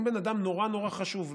אם לבן אדם נורא נורא חשוב,